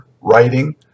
writing